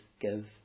give